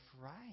right